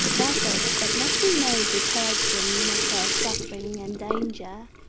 the efforts that must be made to purge them of their suffering and danger